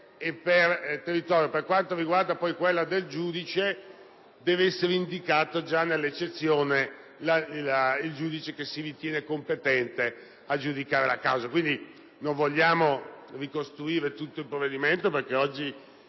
per quanto concerne il giudice deve essere indicato già nell'eccezione il giudice che si ritiene competente a giudicare la causa. Non vogliamo ricostruire tutto il provvedimento, perché oggi